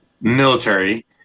military